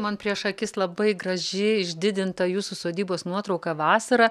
man prieš akis labai graži išdidinta jūsų sodybos nuotrauka vasarą